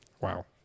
Wow